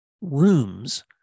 rooms